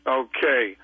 okay